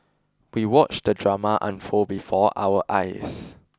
we watched the drama unfold before our eyes